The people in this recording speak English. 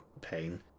pain